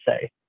say